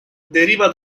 deriva